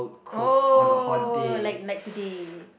oh like like today